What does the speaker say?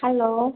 hello